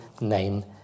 name